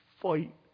Fight